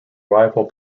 rival